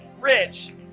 rich